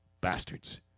bastards